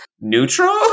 neutral